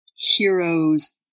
heroes